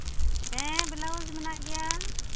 ᱦᱮᱸ ᱵᱞᱟᱣᱩᱡ ᱢᱮᱱᱟᱜ ᱜᱮᱭᱟ